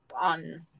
on